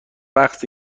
وقته